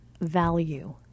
value